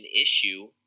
issue